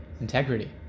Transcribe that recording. integrity